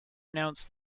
announced